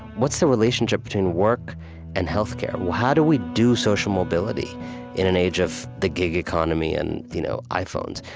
what is the relationship between work and healthcare? how do we do social mobility in an age of the gig economy and you know iphones?